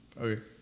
Okay